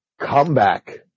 comeback